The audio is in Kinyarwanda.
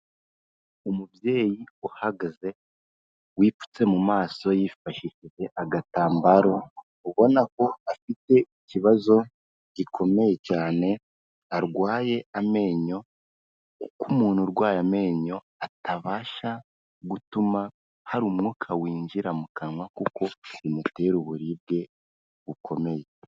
Umubyeyi uhagaze wipfutse mu maso yifashishije agatambaro; ubona ko afite ikibazo gikomeye cyane arwaye amenyo; kuko umuntu urwaye amenyo atabasha gutuma hari umwuka winjira mu kanwa; kuko bimutera uburibwe bukomeye.